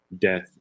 death